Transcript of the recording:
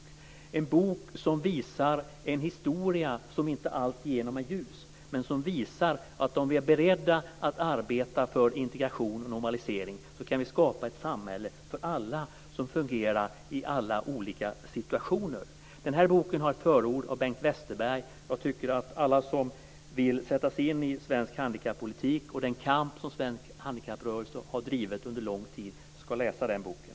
Det är en bok som visar en historia som inte alltigenom är ljus, men den visar att om vi är bereda att arbeta för integration och normalisering kan vi skapa ett samhälle för alla, ett samhälle som fungerar i alla olika situationer. Den här boken har ett förord av Bengt Westerberg. Jag tycker att alla som vill sätta sig in i svensk handikappolitik och den kamp som svensk handikapprörelse har drivit under lång tid ska läsa den boken.